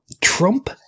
Trump